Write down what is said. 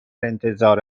انتظار